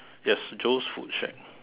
yes Joe's food shack